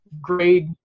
grade